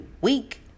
week